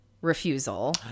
refusal